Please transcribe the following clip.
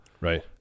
Right